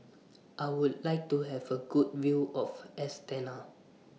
I Would like to Have A Good View of Astana